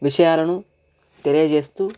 విషయాలను తెలియ చేస్తు